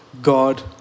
God